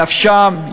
נפשם,